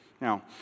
Now